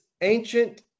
ancient